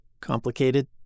Complicated